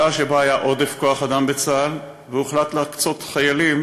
בשעה שהיה עודף כוח-אדם בצה״ל והוחלט להקצות חיילים